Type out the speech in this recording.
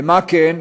ומה כן?